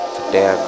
Today